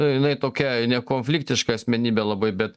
jinai tokia nekonfliktiška asmenybė labai bet